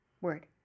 Word